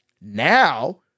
Now